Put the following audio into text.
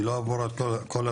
אני לא אעבור על כל הרשימה,